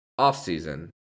offseason